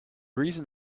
reason